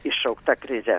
iššaukta krizė